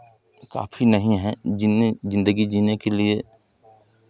काफी नहीं है जीने ज़िंदगी जीने के लिए